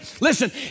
Listen